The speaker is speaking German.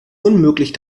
unmöglich